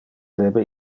debe